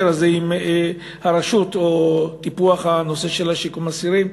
הזה עם הרשות או טיפוח הנושא של שיקום אסירים,